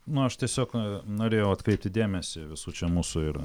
na aš tiesiog norėjau atkreipti dėmesį visų čia mūsų ir